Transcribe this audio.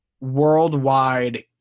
worldwide